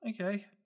okay